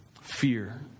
fear